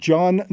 John